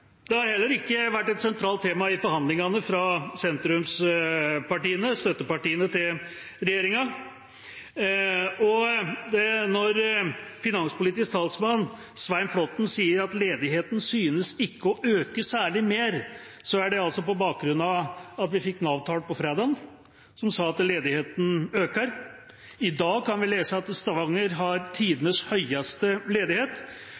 Det har heller ikke vært et sentralt tema i forhandlingene fra sentrumspartiene, støttepartiene til regjeringa. Og når Høyres finanspolitiske talsmann, Svein Flåtten, sier at «ledigheten synes ikke å øke særlig mer», er det altså på bakgrunn av at vi fikk Nav-tall på fredag som sa at ledigheten øker. I dag kan vi lese at Stavanger har tidenes høyeste ledighet,